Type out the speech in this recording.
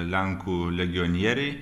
lenkų legionieriai